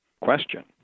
question